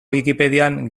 wikipedian